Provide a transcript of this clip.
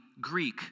Greek